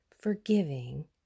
forgiving